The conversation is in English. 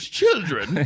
children